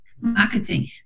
marketing